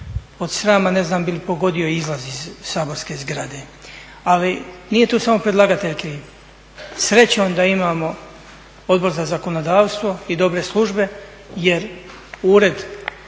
od srama ne znam bih li pogodio izlaz iz saborske zgrade. Ali nije tu samo predlagatelj kriv, srećom da imamo Odbor za zakonodavstvo i dobre službe jer ured,